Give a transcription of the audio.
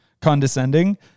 condescending